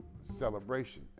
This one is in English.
celebration